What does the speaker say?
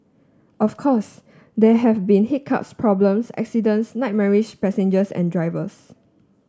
of course there have been hiccups problems accidents nightmarish passengers and drivers